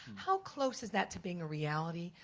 how close is that to being a reality?